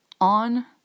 on